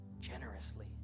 generously